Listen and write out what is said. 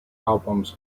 albums